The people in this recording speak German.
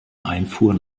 einfuhr